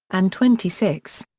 and twenty six.